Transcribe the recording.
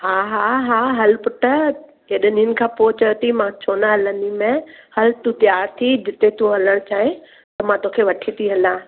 हा हा हा हल पुटु केॾनि ॾींहंनि खां पऐ चयो अथई मां छो न हलंदी माएं हल तूं त्यार थी जिते तूं हलणु चाहे त मां तोखे वठी थी हलां